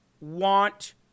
want